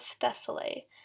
Thessaly